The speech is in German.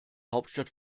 hauptstadt